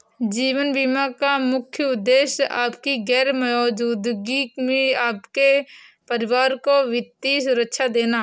जीवन बीमा का मुख्य उद्देश्य आपकी गैर मौजूदगी में आपके परिवार को वित्तीय सुरक्षा देना